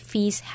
Fees